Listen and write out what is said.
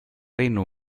reino